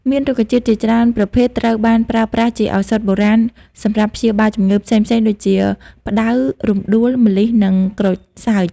មានរុក្ខជាតិជាច្រើនប្រភេទត្រូវបានប្រើប្រាស់ជាឱសថបុរាណសម្រាប់ព្យាបាលជំងឺផ្សេងៗដូចជា ផ្ដៅ រំដួល ម្លិះ និងក្រូចសើច។